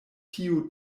tiu